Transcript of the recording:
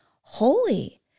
holy